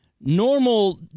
normal